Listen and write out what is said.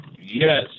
yes